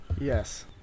Yes